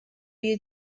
you